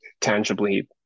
tangibly